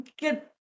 good